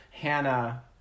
Hannah